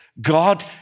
God